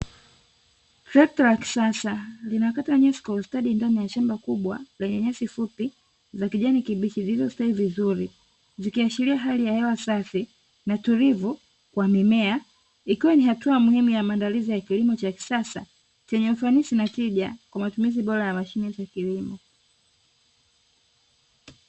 Trekta la kisasa linakata nyasi kwa usadi ndani ya shamba kubwa lenye nyasi fupi za kijani kibichi zilizostawi vizuri zikiashiria hali ya hela safi na tulivu kwa mimea, ikiwa ni hatua muhimu ya maandalizi ya kilimo cha kisasa chenye ufanisi na tija kwa matumizi bora ya mashine za kilimo.